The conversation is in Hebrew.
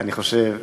אני חושב.